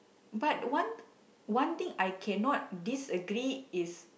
but one one thing I cannot disagree is